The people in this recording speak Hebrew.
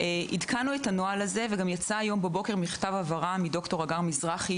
עדכנו את הנוהל הזה ויצא הבוקר מכתב הבהרה מדוקטור הגר מזרחי